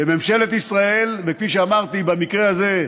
שממשלת ישראל, וכפי שאמרתי, במקרה הזה,